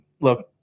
Look